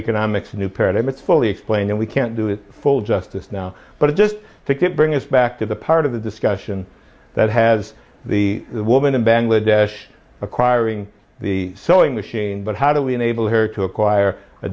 economic some new paradigm it's fully explained and we can't do it full justice now but i just think it brings us back to the part of the discussion that has the woman in bangladesh acquiring the sewing machine but how do we enable her to acquire a